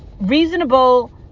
reasonable